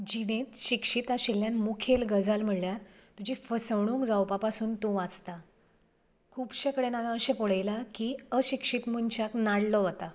जिणेंत शिक्षीत आशिल्ल्यान मुखेल गजाल म्हणल्यार तुजी फसवणूक जावपा पासून तूं वाचता खुबशा कडेन हांवें अशें पळयलां की अशिक्षीत मनशाक नाडलो वता